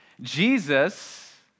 Jesus